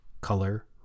color